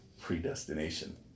predestination